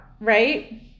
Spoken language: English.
right